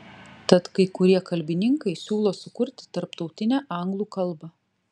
tad kai kurie kalbininkai siūlo sukurti tarptautinę anglų kalbą